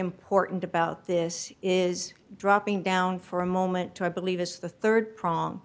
important about this is dropping down for a moment to i believe is the rd prong